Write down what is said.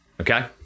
okay